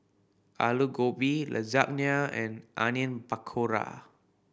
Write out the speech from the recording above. Alu Gobi Lasagne and Onion Pakora